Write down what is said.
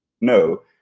no